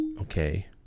Okay